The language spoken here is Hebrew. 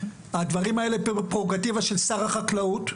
הדברים האלה הם פררוגטיבה של שר החקלאות.